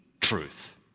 truth